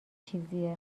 چیزیه